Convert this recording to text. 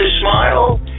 smile